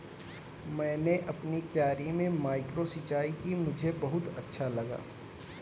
मैंने अपनी क्यारी में माइक्रो सिंचाई की मुझे बहुत अच्छा लगा